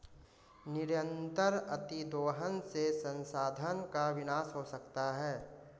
निरंतर अतिदोहन से संसाधन का विनाश हो सकता है